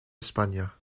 españa